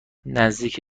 نزدیک